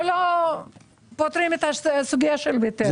לא שם.